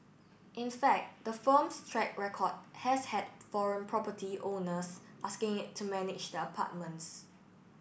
in fact the firm's track record has had foreign property owners asking it to manage their apartments